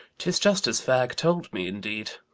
tis just as fag told me, indeed.